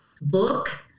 book